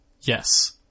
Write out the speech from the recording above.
Yes